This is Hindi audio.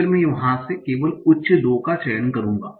और फिर मैं वहाँ से केवल उच्च दो का चयन करूँगा